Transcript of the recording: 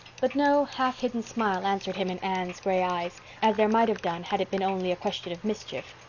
but no half hidden smile answered him in anne's gray eyes as there might have done had it been only a question of mischief.